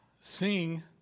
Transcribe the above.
seeing